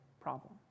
problem